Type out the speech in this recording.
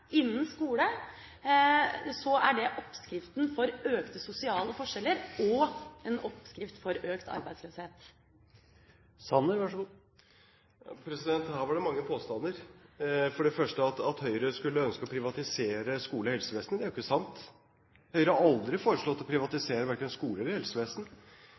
innen skole, er det oppskriften for økte sosiale forskjeller og en oppskrift for økt arbeidsløshet. Her var det mange påstander. For det første: At Høyre skulle ønske å privatisere skole og helsevesen, er jo ikke sant! Høyre har aldri foreslått å privatisere verken skole eller helsevesen.